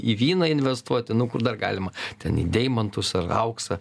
į vyną investuoti nu kur dar galima ten į deimantus ar auksą